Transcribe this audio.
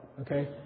Okay